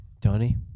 Tony